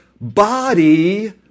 body